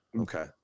Okay